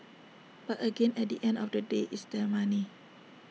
but again at the end of the day it's their money